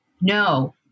No